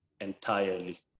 entirely